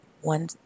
One